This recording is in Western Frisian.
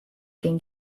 kin